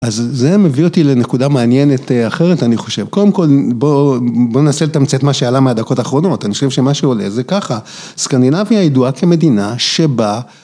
אז זה מביא אותי לנקודה מעניינת אחרת, אני חושב, קודם כל בואו ננסה לתמצת מה שעלה מהדקות האחרונות, אני חושב שמה שעולה זה ככה, סקנדינביה הידועה כמדינה שבה